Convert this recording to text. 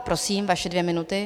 Prosím, vaše dvě minuty.